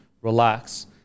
relax